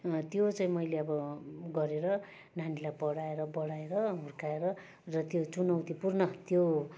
त्यो चाहिँ मैले अब गरेर नानीलाई पढाएर बढाएर हुर्काएर र त्यो चुनौतीपूर्ण त्यो